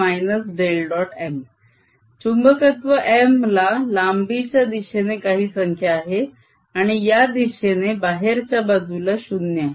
M चुंबकत्व M ला लांबी च्या दिशेने काही संख्या आहे आणि या दिशेने बाहेरच्या बाजूला 0 आहे